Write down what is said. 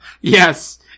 yes